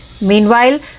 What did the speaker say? Meanwhile